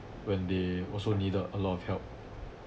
when they also needed a lot of help